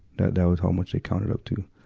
that, that was how much they counted up to.